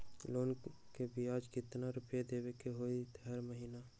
Loan के ब्याज कितना रुपैया देबे के होतइ हर महिना?